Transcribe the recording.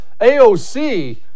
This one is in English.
AOC